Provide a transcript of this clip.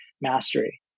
mastery